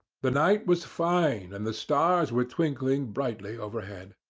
the night was fine, and the stars were twinkling brightly overhead.